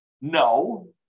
no